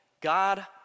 God